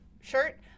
shirt